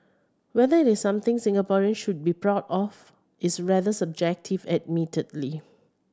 whether it is something Singaporeans should be proud of is rather subjective admittedly